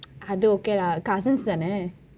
அது:athu okay lah cousins தானே:thaanei